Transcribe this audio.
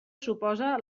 suposa